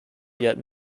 yet